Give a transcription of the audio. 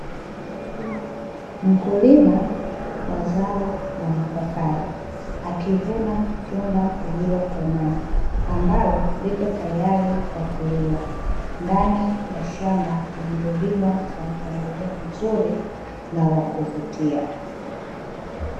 Mkulima wa zao la mapapai akivuna tunda lililokomaa, ambalo liko tayari kwa kuliwa, ndani ya shamba lililolimwa kwa mpangilio mzuri na wa kuvutia.